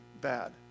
bad